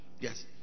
Yes